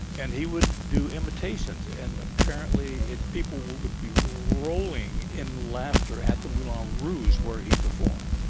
and he would do imitations, and, apparently it, people would be rolling, in laughter at the moulin rouge where he performed